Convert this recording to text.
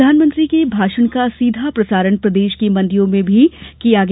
प्रधानमंत्री के भाषण का सीधा प्रसारण प्रदेश की मंडियों में भी किया गया